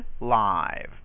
live